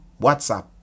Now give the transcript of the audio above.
whatsapp